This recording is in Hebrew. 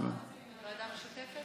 למה לא מצביעים על ועדה המשותפת?